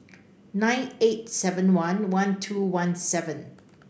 nine eight seven one one two one seven